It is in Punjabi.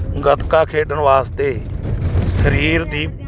ਗਤਕਾ ਖੇਡਣ ਵਾਸਤੇ ਸਰੀਰ ਦੀ